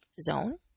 zone